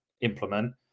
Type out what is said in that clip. implement